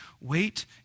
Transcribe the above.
Wait